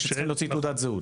אלה שצריכים להוציא תעודת זהות.